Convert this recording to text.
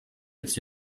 jetzt